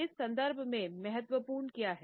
इस संदर्भ में महत्वपूर्ण क्या है